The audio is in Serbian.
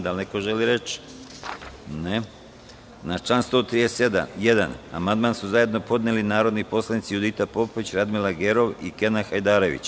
Da li neko želi reč? (Ne) Na član 131. amandman su zajedno podneli narodni poslanici Judita Popović, Radmila Gerov i Kenan Hajdarević.